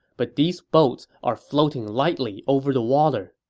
but these boats are floating lightly over the water.